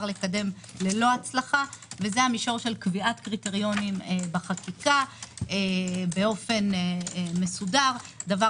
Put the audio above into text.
לקדם ללא הצלחה קביעת קריטריונים בחקיקה באופן מסודר דבר